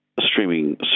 streaming